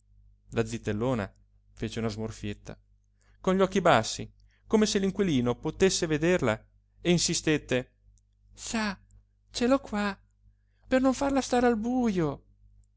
uscire la zitellona fece una smorfietta con gli occhi bassi come se l'inquilino potesse vederla e insistette sa ce l'ho qua per non farla stare al bujo